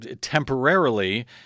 temporarily